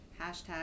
hashtag